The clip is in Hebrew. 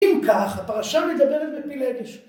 אם כך הפרשה מדברת בפילגש.